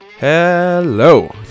Hello